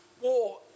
war